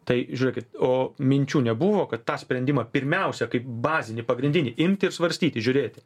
tai žiūrėkit o minčių nebuvo kad tą sprendimą pirmiausia kaip bazinį pagrindinį imti ir svarstyti žiūrėti